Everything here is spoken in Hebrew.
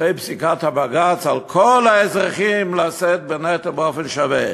אחרי פסיקת הבג"ץ על כל האזרחים לשאת בנטל באופן שווה.